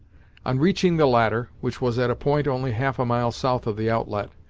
on reaching the latter, which was at a point only half a mile south of the outlet,